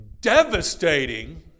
Devastating